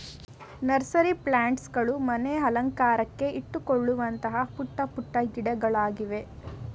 nursery plants ಗಳು ಮನೆ ಅಲಂಕಾರಕ್ಕೆ ಇಟ್ಟುಕೊಳ್ಳುವಂತಹ ಪುಟ್ಟ ಪುಟ್ಟ ಗಿಡಗಳಿವೆ